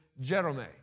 Jerome